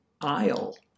aisle